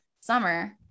summer